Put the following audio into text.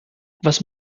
was